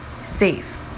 safe